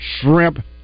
shrimp